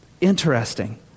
Interesting